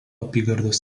apygardos